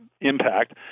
impact